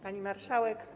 Pani Marszałek!